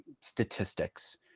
statistics